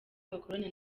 bakorana